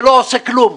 זה לא עושה כלום.